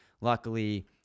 Luckily